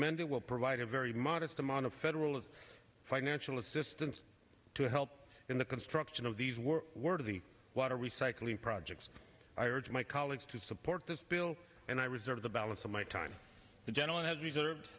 d will provide a very modest amount of federal financial assistance to help in the construction of these were worthy water recycling projects i urge my colleagues to support this bill and i reserve the balance of my time the gentleman has reserve